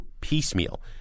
piecemeal